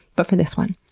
but for this one,